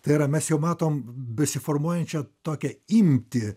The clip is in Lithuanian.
tai yra mes jau matom besiformuojančią tokią imtį